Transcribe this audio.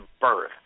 birth